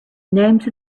names